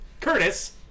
Curtis